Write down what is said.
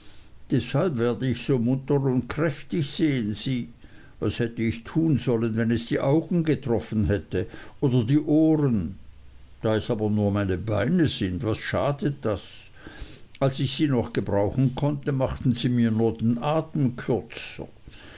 deshalb werde ich so munter und kräftig sehen sie was hätte ich tun sollen wenn es die augen getroffen hätte oder die ohren da es aber nur meine beine sind was schadet das als ich sie noch gebrauchen konnte machten sie mir nur den atem kürzer